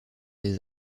des